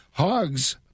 Hogs